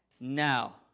now